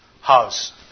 House